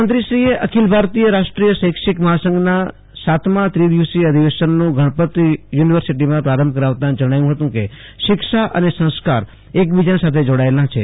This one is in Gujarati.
મુખ્યમંત્રીશ્રી અને ભારતીય રાષ્ટ્રીય શૈક્ષિક મ્ફાસંઘના સાતમાં ત્રિદિવસિય અધિવેશનનો ગણપત યુનિવર્સિટીમાં પ્રારંભ કરાવતા જણાવ્યુ હતું કે શિક્ષા અને સંસ્કાર એકબીજા સાથે જોડાયેલ છે